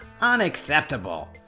unacceptable